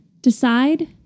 decide